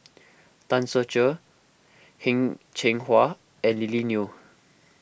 Tan Ser Cher Heng Cheng Hwa and Lily Neo